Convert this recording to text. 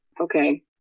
okay